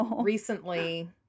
recently